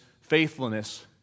faithfulness